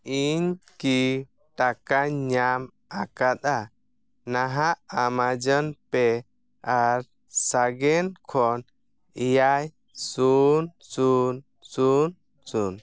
ᱤᱧ ᱠᱤ ᱴᱟᱠᱟᱧ ᱧᱟᱢ ᱟᱠᱟᱫᱟ ᱱᱟᱦᱟᱜ ᱮᱢᱟᱡᱚᱱ ᱯᱮ ᱟᱨ ᱥᱟᱜᱮᱱ ᱠᱷᱚᱱ ᱮᱭᱟᱭ ᱥᱩᱱ ᱥᱩᱱ ᱥᱩᱱ ᱥᱩᱱ